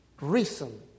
reason